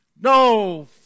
No